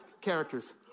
characters